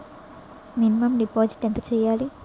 Minimum deposit ఎంత చెయ్యాలి?